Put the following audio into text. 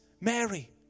Mary